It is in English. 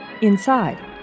Inside